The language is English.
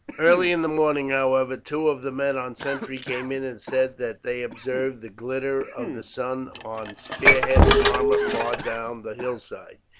early in the morning, however, two of the men on sentry came in and said that they observed the glitter of the sun on spearhead and armour far down the hillside.